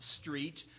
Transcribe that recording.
street